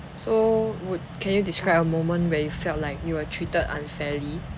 so would can you describe a moment where you felt like you are treated unfairly